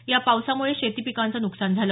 या पावसामुळे शेती पीकांच नुकसान झालं